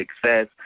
success